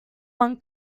one